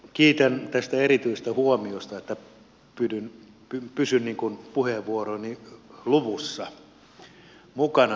kiitän tästä erityisestä huomiosta että pysyn puheenvuoroni luvussa mukana